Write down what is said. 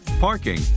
parking